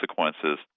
consequences